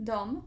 Dom